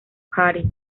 party